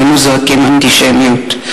היינו זועקים "אנטישמיות".